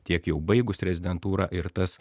tiek jau baigus rezidentūrą ir tas